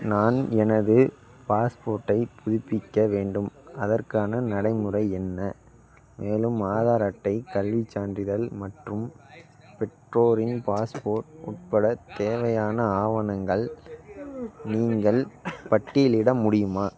நான் எனது பாஸ்போர்ட்டை புதுப்பிக்க வேண்டும் அதற்கான நடைமுறை என்ன மேலும் ஆதார் அட்டை கல்விச் சான்றிதழ் மற்றும் பெற்றோரின் பாஸ்போர்ட் உட்பட தேவையான ஆவணங்கள் நீங்கள் பட்டியலிட முடியுமா